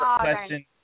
question